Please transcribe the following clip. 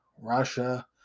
Russia